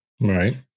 right